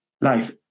life